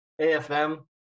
AFM